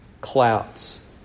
clouds